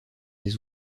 des